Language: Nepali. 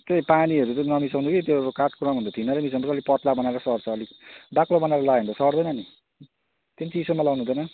त्यही पानीहरू चाहिँ नमिसाउनु कि त्यो काठको रङ थिनर मिसाएर पातला बनाएर सर्छ अलिक बाक्लो बनाएर लगायो भने सर्दैन नि त्यो चिसोमा लगाउनु हुँदैन